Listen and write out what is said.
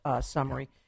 summary